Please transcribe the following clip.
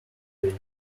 these